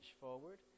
forward